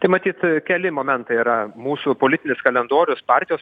tai matyt keli momentai yra mūsų politinis kalendorius partijos